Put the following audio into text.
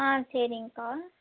ஆ சரிங்க அக்கா